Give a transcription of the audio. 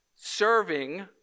serving